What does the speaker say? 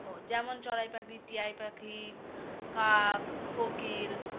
ও যেমন চড়াই পাখি টিয়া পাখি কাক কোকিল